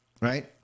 right